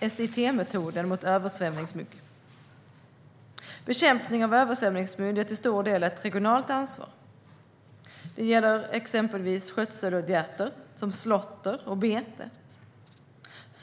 SIT-metoden mot översvämningsmygg. Bekämpning av översvämningsmygg är till stor del ett regionalt ansvar - det gäller exempelvis skötselåtgärder som slåtter och bete.